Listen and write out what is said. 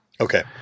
okay